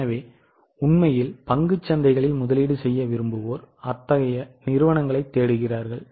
எனவே உண்மையில் பங்குச் சந்தைகளில் முதலீடு செய்ய விரும்புவோர் அத்தகைய நிறுவனங்களைத் தேடுகிறார்கள்